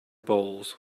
bowls